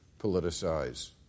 politicize